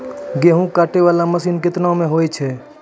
गेहूँ काटै वाला मसीन केतना मे होय छै?